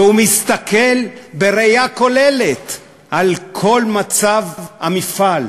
והוא מסתכל בראייה כוללת על כל מצב המפעל,